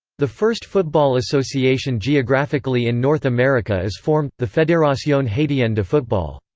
the first football association geographically in north america is formed the federation haitienne de football.